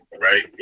right